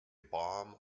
bomb